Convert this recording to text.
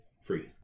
free